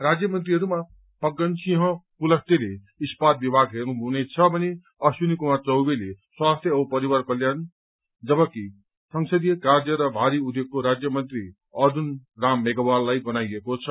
राज्य मन्त्रीहरूमा फग्गनसिंह कुलस्तेले इस्पात विमाग हेर्नु हुनेछ भने अश्विनी कुमार चौबेले स्वास्थ्य औ परिवार कल्याण जबकि संसदीय र कार्य र भारी उद्योगको राज्य मन्त्री अर्जुन राम मेघवाललाई बनाइएको छ